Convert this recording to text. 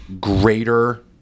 greater